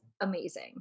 amazing